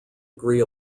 agree